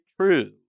true